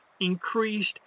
increased